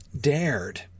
Dared